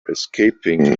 escaping